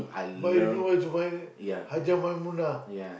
but do you know where to find it Hajjah-Maimunah